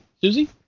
Susie